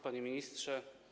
Panie Ministrze!